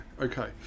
okay